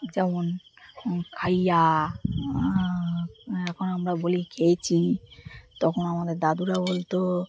যেমন খাইয়া এখন আমরা বলি খেয়েছি তখন আমাদের দাদুরা বলত